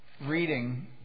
reading